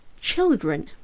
children